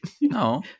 no